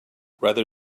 rather